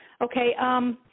Okay